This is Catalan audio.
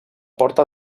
porta